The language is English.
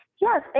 Yes